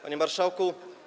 Panie Marszałku!